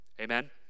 Amen